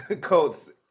coats